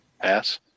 Pass